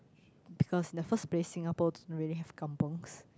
because in the first place Singapore don't really have kampungs